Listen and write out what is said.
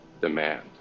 demand